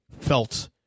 felt